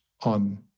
on